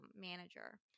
manager